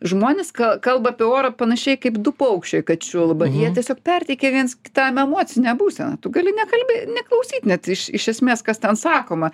žmonės ka kalba apie orą panašiai kaip du paukščiai kad čiulba jie tiesiog perteikia viens kitam emocinę būseną gali nekalbė neklausyt net iš esmės kas ten sakoma